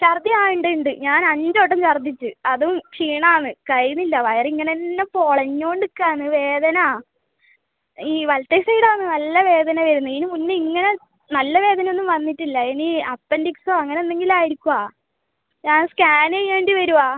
ഛർദി ആ ഉണ്ട് ഉണ്ട് ഞാൻ അഞ്ച് വട്ടം ഛർദിച്ച് അതും ക്ഷീണമാണ് കഴിയുന്നില്ല വയറ് ഇങ്ങനെ തന്നെ പുളഞ്ഞുകൊണ്ട് നിൽക്കുവാണ് വേദന ഈ വലത്തെ സൈഡ് ആണ് നല്ല വേദന വരുന്നു ഇതിന് മുന്നേ ഇങ്ങനെ നല്ല വേദന ഒന്നും വന്നിട്ട് ഇല്ല ഇനി അപ്പെൻഡിക്സോ അങ്ങനെ എന്തെങ്കിലും ആയിരിക്കുവോ ഞാൻ സ്കാന് ചെയ്യേണ്ടി വരുവോ